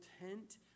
tent